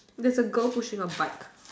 there's a girl pushing a bike